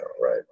right